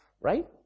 right